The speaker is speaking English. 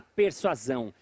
persuasão